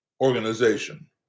organization